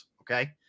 okay